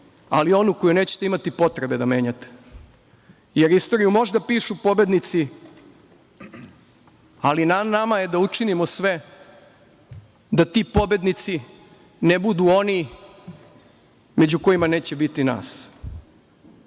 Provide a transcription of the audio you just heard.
ali one koju nećete imati potrebe da menjate. Jer, istoriju možda pišu pobednici, ali na nama je da učinimo sve da ti pobednici ne budu oni među kojima neće biti